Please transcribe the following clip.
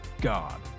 God